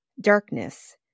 Darkness